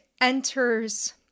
enters